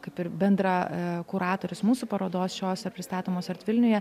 kaip ir bendrakuratorius mūsų parodos šios pristatomos art vilniuje